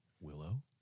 Willow